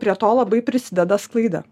prie to labai prisideda sklaida